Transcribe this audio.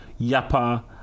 Yapa